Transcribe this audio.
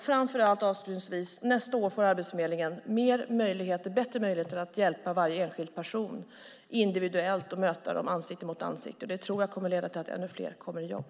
Framför allt och avslutningsvis: Nästa år får Arbetsförmedlingen bättre möjligheter att hjälpa varje enskild person individuellt och möta dem ansikte mot ansikte. Det tror jag kommer att leda till att ännu fler kommer i arbete.